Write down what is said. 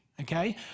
okay